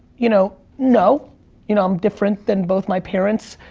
you know no, you know, i'm different than both my parents.